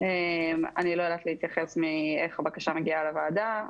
אני לא יודעת להתייחס איך הבקשה מגיעה לוועדה.